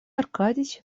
аркадьич